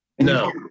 No